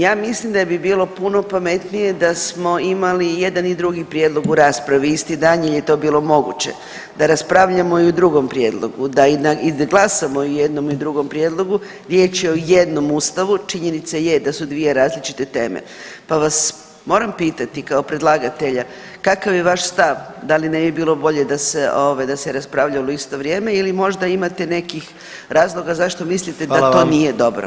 Ja mislim da bi bilo puno pametnije da smo imali jedan i drugi prijedlog u raspravi isti dan jer je to bilo moguće, da raspravljamo i o drugom prijedlogu, da i glasamo o jednom i drugom prijedlogu, riječ je o jednom Ustavu, činjenica je da su dvije različite teme pa vas moram pitati kao predlagatelja, kakav je vaš stav, da li ne bi bilo bolje da se raspravljalo u isto vrijeme ili možda imate nekih razloga zašto mislite da [[Upadica: Hvala vam.]] to nije dobro?